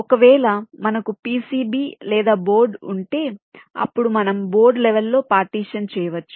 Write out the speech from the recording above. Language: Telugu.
ఒకవేళ మనకు పిసిబి లేదా బోర్డు ఉంటే అప్పుడు మనం బోర్డు లెవెల్ లో పార్టీషన్ చేయవచ్చు